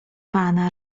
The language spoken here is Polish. pana